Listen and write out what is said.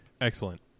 Excellent